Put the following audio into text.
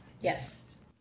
Yes